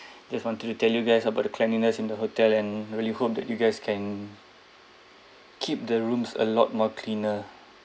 just wanted to tell you guys about the cleanliness in the hotel and really hope that you guys can keep the rooms a lot more cleaner